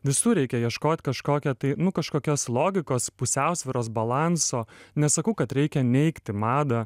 visur reikia ieškot kažkokio tai nu kažkokios logikos pusiausvyros balanso nesakau kad reikia neigti madą